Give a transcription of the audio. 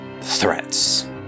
threats